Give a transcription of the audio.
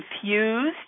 confused